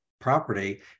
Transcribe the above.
Property